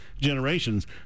generations